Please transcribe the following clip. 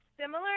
similar